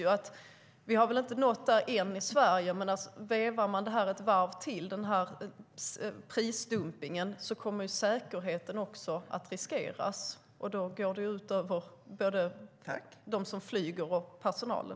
Vi har väl ännu inte nått dit i Sverige, men om man vevar prisdumpningen ett varv till kommer säkerheten att riskeras, och det går ut över både flygresenärerna och personalen.